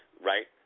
right